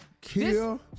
Kill